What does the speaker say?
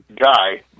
guy